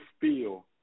feel